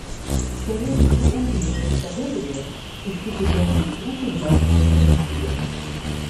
šioje rytų umbrijos citadelėje išlikusios meistrų kulinarijos tradicijos